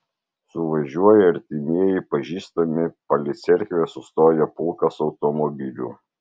suvažiuoja artimieji pažįstami palei cerkvę sustoja pulkas automobilių